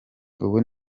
ubu